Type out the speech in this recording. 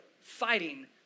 fighting